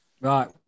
Right